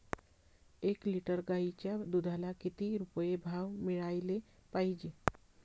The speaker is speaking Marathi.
एक लिटर गाईच्या दुधाला किती रुपये भाव मिळायले पाहिजे?